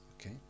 Okay